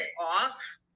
off